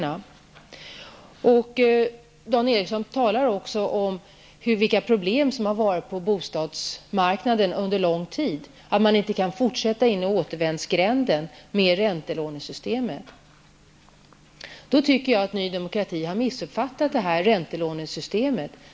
Dan Eriksson i Stockholm talar också om vilka problem som har funnits på bostadsmarknaden under en lång tid och att det inte går att fortsätta in i en återvändsgränd med hjälp av räntelånesystemet. Jag anser att Ny Demokrati har missuppfattat räntelånesystemet.